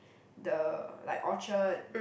the like Orchard